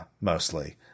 mostly